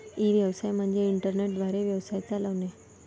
E व्यवसाय म्हणजे internet द्वारे व्यवसाय चालवणे